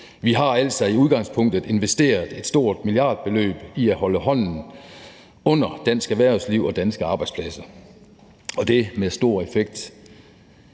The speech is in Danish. Vi har altså i udgangspunktet investeret et stort milliardbeløb i at holde hånden under dansk erhvervsliv og danske arbejdspladser – med stor effekt.